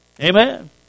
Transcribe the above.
amen